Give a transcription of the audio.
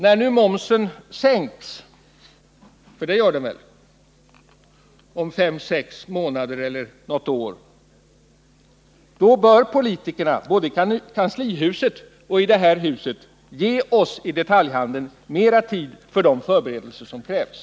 När nu momsen sänks — för så blir väl fallet om fem sex månader eller om något år — bör politikerna både i kanslihuset och i detta hus, ge oss i detaljhandeln mera tid för de förberedelser som krävs.